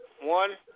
one